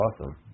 awesome